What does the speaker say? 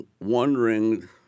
wondering